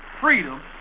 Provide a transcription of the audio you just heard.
freedom